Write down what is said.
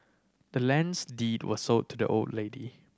the land's deed was sold to the old lady